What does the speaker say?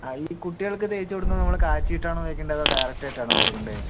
ആ ഈ കുട്ടികൾക്ക് തേച്ച് കൊടുക്കുന്നത് നമ്മള് കാച്ചീട്ട് ആണോ തേക്കണ്ടെ അതോ ഡയറക്റ്റ് ആയിട്ട് ആണോ കൊടുക്കണ്ടെ